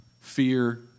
fear